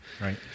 right